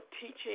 teaching